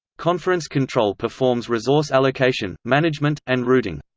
conference control performs resource allocation, management, and routing.